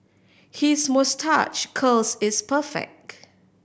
his moustache curls is perfect